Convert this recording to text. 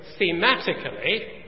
thematically